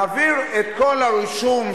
אני ביקשתי לכנס את כל הגורמים הנוגעים